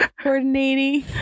coordinating